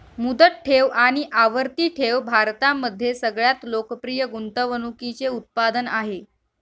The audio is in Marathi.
मुदत ठेव आणि आवर्ती ठेव भारतामध्ये सगळ्यात लोकप्रिय गुंतवणूकीचे उत्पादन आहे